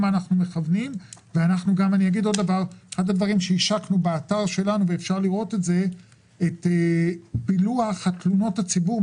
אחד הדברים שהשקנו באתר שלנו זה את פילוח תלונות הציבור,